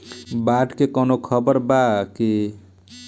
बाढ़ के कवनों खबर बा की?